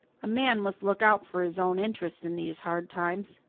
a man must look out for his own interests in these hard times.